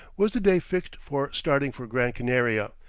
was the day fixed for starting for gran canaria,